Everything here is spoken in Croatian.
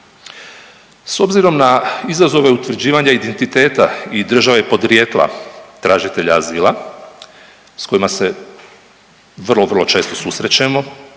S obzirom na izazove utvrđivanja identiteta i države podrijetla tražitelja azila sa kojima se vrlo, vrlo često susrećemo.